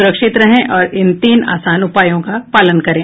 सुरक्षित रहें और इन तीन आसान उपायों का पालन करें